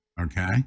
Okay